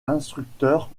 instructeur